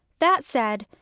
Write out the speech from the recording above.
that said,